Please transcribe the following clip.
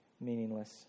meaningless